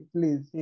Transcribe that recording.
Please